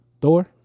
Thor